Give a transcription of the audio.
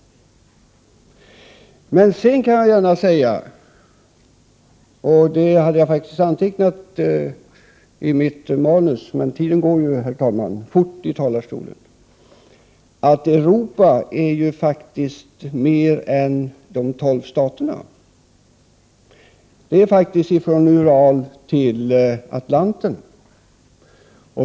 Sedan vill jag gärna säga — detta hade jag faktiskt antecknat i mitt manus, men tiden går fort när man står i talarstolen — att Europa ju är mer än tolv stater. Det sträcker sig från Ural till Atlanten.